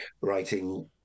writing